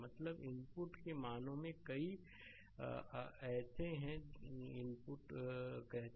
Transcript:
मतलब इनपुट के मानों में कई r हैं जो कई इनपुट कहते हैं